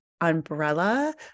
umbrella